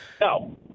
No